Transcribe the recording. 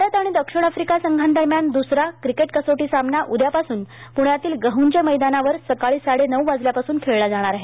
भारत आणि दक्षिण अफ्रिका संघांदरम्यान दुसरा क्रिकेट कसोटी सामना उद्यापासून प्ण्यातील गहुंजे मैदानावर सकाळी साडेनऊ वाजल्यापासून खेळला जाणार आहे